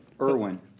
Irwin